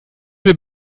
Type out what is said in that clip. mir